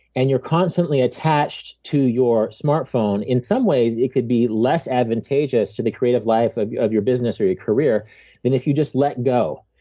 and you're constantly attached to your smartphone, in some ways, it could be less advantageous to the creative life of your of your business or your career than if you just let go,